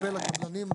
תשופה לקבלנים.